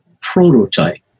prototype